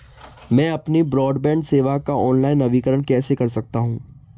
मैं अपनी ब्रॉडबैंड सेवा का ऑनलाइन नवीनीकरण कैसे कर सकता हूं?